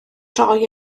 droi